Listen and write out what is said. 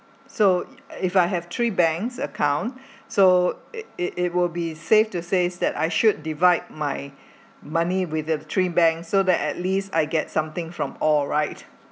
so if I have three banks account so it it it will be safe to say that I should divide my money with the three bank so that at least I get something from all right